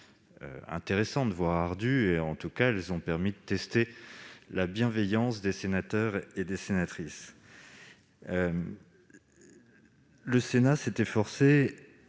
intéressante, mais ardue. En tout cas, elles ont permis de tester la bienveillance des sénatrices et des sénateurs. Le Sénat s'est efforcé,